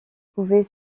pouvait